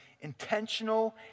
intentional